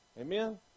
Amen